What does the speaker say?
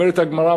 אומרת הגמרא,